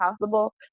possible